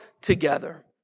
together